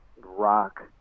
rock